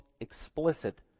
explicit